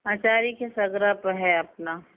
अचारी के सगरा पर है अपना